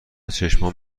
چشمام